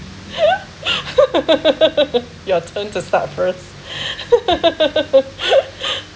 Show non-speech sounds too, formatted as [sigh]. [laughs] your turn to start first [breath] [laughs]